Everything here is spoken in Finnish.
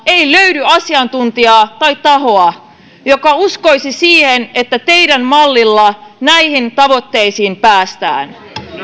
ei löydy asiantuntijaa tai tahoa joka uskoisi siihen että teidän mallilla näihin tavoitteisiin päästään